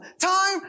time